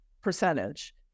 percentage